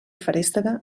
feréstega